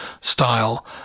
style